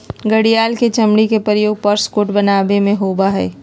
घड़ियाल के चमड़ी के प्रयोग पर्स कोट बनावे में होबा हई